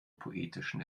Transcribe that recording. poetischen